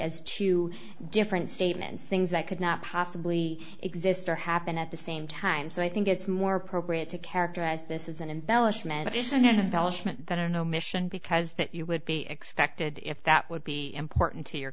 as two different statements things that could not possibly exist or happened at the same time so i think it's more appropriate to characterize this is an embellishment isn't that an omission because that you would be expected if that would be important to your